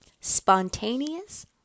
spontaneous